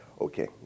Okay